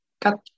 cut